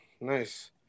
Nice